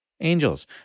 angels